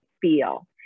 feel